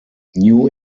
new